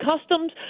customs